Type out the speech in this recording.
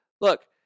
Look